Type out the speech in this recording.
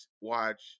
watch